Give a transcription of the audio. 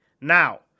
Now